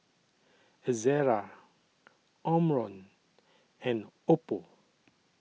Ezerra Omron and Oppo